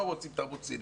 לא רוצים תרבות סינית.